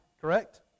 correct